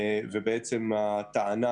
הטענה